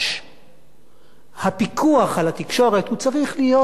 הפיקוח על התקשורת צריך להיות מאוד בשוליים,